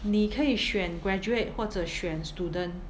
你可以选 graduate 或者选 student